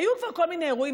היו פה כל מיני אירועים,